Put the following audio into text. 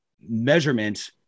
measurement